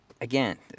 again